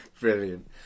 Brilliant